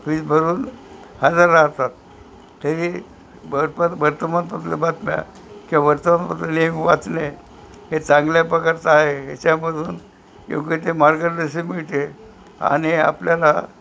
fees भरून हजर राहतात तरी भरपर वर्तमानपत्र बातम्या किंवा वर्तमानपत्र नेहमी वाचणे हे चांगल्या प्रकारचं आहे याच्यामधून योग्य ते मार्गदर्शन मिळते आणि आपल्याला